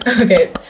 Okay